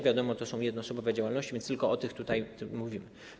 Wiadomo, że to są jednoosobowe działalności, więc tylko o tych tutaj mówimy.